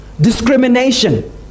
Discrimination